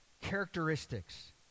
characteristics